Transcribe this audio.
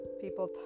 people